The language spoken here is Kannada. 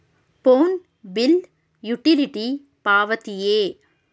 ಫೋನ್ ಬಿಲ್ ಯುಟಿಲಿಟಿ ಪಾವತಿಯೇ?